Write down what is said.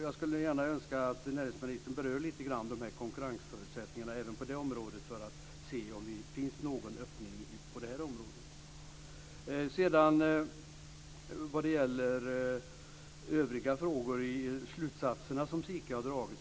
Jag skulle gärna önska att näringsministern berör konkurrensförutsättningarna för att se om det finns någon öppning. Sedan var det de övriga frågorna i de slutsatser som SIKA har dragit.